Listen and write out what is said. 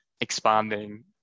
expanding